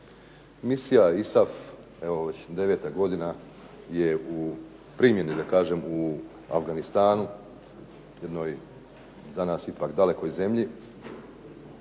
Misija ISAF evo već deveta godina je u primjeni u Afganistanu jednoj za nas ipak dalekoj zemlji